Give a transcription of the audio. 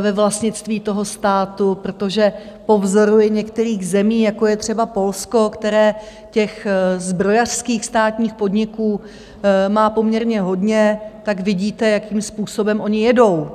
ve vlastnictví státu, protože po vzoru i některých zemí, jako je třeba Polsko, které těch zbrojařských státních podniků má poměrně hodně, tak vidíte, jakým způsobem oni jedou.